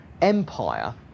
Empire